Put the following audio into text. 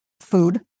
Food